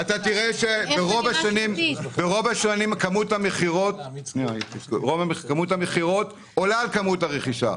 ותראה שכמות המכירות עולה על כמות הרכישות.